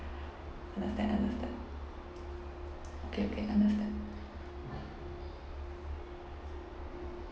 understand understand okay okay understand